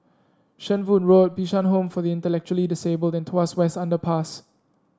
Shenvood Road Bishan Home for the Intellectually Disabled and Tuas West Underpass